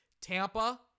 Tampa